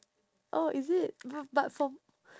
oh is it b~ but for